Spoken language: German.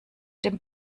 dem